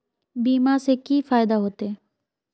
बीमा से की फायदा होते?